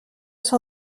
son